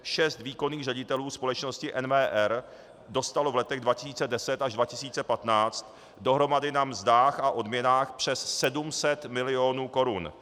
Šest výkonných ředitelů společnosti NWR dostalo v letech 2010 až 2015 dohromady na mzdách a odměnách přes 700 milionů korun.